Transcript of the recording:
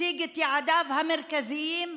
הציג את יעדיו המרכזיים,